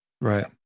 Right